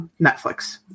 Netflix